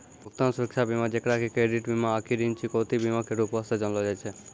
भुगतान सुरक्षा बीमा जेकरा कि क्रेडिट बीमा आकि ऋण चुकौती बीमा के रूपो से जानलो जाय छै